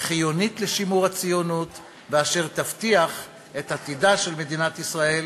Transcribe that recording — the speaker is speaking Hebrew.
וחיונית לשימור הציונות ואשר תבטיח את עתידה של מדינת ישראל